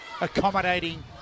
accommodating